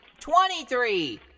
twenty-three